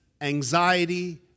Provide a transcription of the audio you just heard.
anxiety